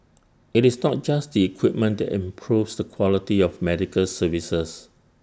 IT is not just the equipment that improves the quality of medical services